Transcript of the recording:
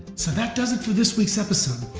so that does it for this week's episode.